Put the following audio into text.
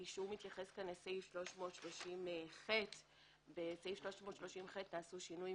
האישור מתייחס כאן לסעיף 330ח. בסעיף 330ח נעשו שינויים,